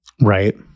Right